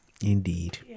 Indeed